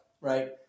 right